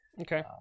Okay